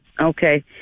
Okay